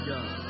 God